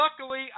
luckily